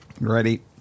Ready